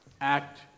Act